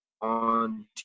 on